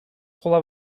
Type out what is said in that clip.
хула